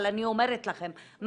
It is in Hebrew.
אבל אני אומרת לכם,